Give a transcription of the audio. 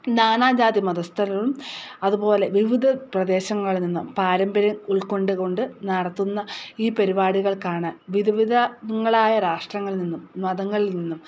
നാനാജാതി മതസ്ഥരരും അതുപോലെ വിവിധ പ്രദേശങ്ങളിൽ നിന്നും പാരമ്പര്യം ഉൾക്കൊണ്ടുകൊണ്ട് നടത്തുന്ന ഈ പരിപാടികൾ കാണാൻ വിധവിധങ്ങളായ രാഷ്ട്രങ്ങളിൽ നിന്നും മതങ്ങളിൽ നിന്നും